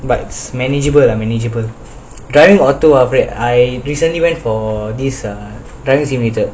but it's manageable lah manageable driving auto I recently went for this err driving simulator